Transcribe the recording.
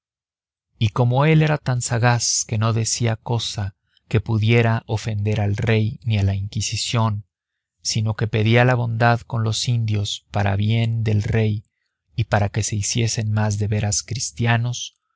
y como él era tan sagaz que no decía cosa que pudiera ofender al rey ni a la inquisición sino que pedía la bondad con los indios para bien del rey y para que se hiciesen más de veras cristianos